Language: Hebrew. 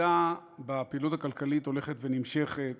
הירידה בפעילות הכלכלית הולכת ונמשכת